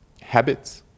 habits